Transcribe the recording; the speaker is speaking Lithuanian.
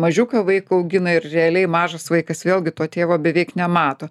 mažiuką vaiką augina ir realiai mažas vaikas vėlgi to tėvo beveik nemato